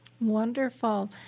Wonderful